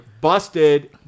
Busted